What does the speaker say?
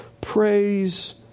Praise